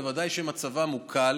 בוודאי אלה שמצבם קל,